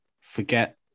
forget